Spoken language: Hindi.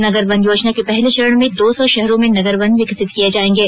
नगर वन योजना के पहले चरण में दो सौ शहरों में नगर वन विकसित किए जाएंगे